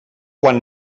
quan